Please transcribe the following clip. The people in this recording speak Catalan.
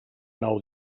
nou